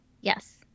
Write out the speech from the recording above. Yes